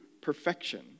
perfection